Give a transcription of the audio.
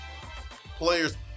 players